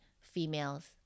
females